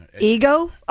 Ego